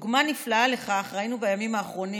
דוגמה נפלאה לכך ראינו בימים האחרונים